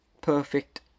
perfect